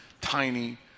tiny